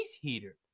heater